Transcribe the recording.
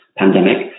pandemic